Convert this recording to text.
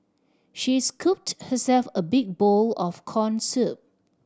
she scooped herself a big bowl of corn soup